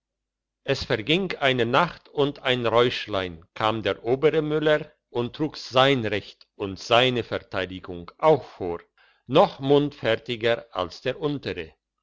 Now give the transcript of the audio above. es verging eine nacht und ein räuschlein kam der obere müller und trug sein recht und seine verteidigung auch vor noch mundfertiger als der untere